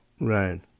Right